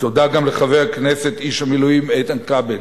ותודה גם לחבר הכנסת, איש המילואים איתן כבל,